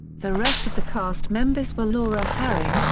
the rest of the cast members were laura harring,